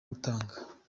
gutanga